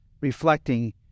reflecting